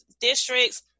districts